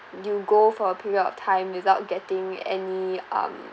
you go for a period of time without getting any um